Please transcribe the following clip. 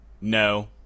no